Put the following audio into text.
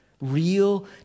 real